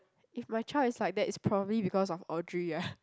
if my child is like that it's probably because of Audrey ah